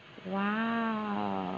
!wow!